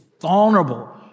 vulnerable